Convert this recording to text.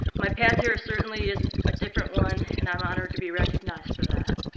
my path here certainly is a different one, and i'm honored to be recognized for that.